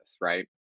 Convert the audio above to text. right